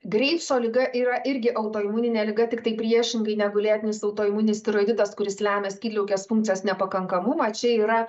greivso liga yra irgi autoimuninė liga tiktai priešingai negu lėtinis autoimuninis tiroiditas kuris lemia skydliaukės funkcijos nepakankamumą čia yra